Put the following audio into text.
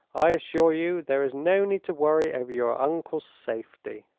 i assure you there is no need to worry over your uncle's safety.